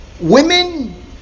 Women